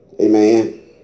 Amen